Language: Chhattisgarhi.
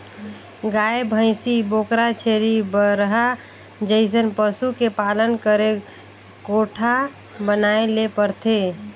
गाय, भइसी, बोकरा, छेरी, बरहा जइसन पसु के पालन करे कोठा बनाये ले परथे